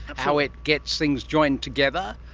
how it gets things joined together,